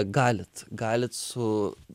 galit galit su